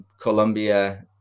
Colombia